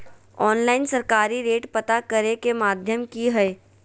Online सरकारी rate पता करे के माध्यम की हय?